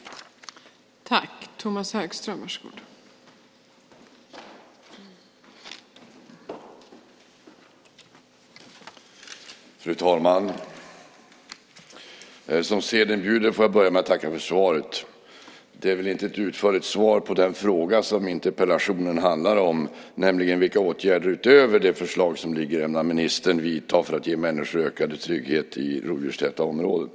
Då Bengt-Anders Johansson, som framställt interpellationen, anmält att han var förhindrad att närvara vid sammanträdet medgav tredje vice talmannen att Tomas Högström i stället fick delta i överläggningen.